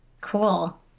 Cool